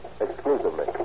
exclusively